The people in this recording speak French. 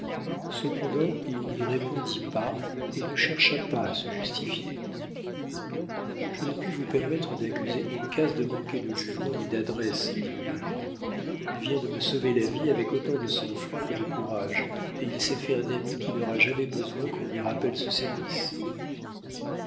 cependant il n'y répondit pas et ne chercha pas à se justifier je ne puis vous permettre d'accuser uncas de manquer de jugement ni d'adresse dit le major il vient de me sauver la vie avec autant de sang-froid que de courage et il s'est fait un ami qui n'aura jamais besoin qu'on lui rappelle ce service